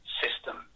system